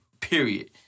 Period